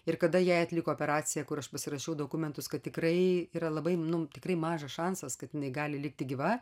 ir kada jai atliko operaciją kur aš pasirašiau dokumentus kad tikrai yra labai nu tikrai mažas šansas kad jinai gali likti gyva